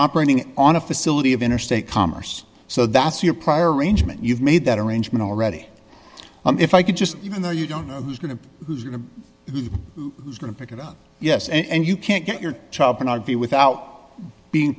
operating on a facility of interstate commerce so that's your prior arrangement you've made that arrangement already if i could just even though you don't know who's going to who's going to who's going to pick it up yes and you can't get your child cannot be without being